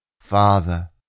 Father